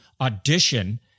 audition